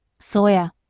sawyer,